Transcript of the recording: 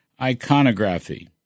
iconography